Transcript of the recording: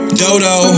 dodo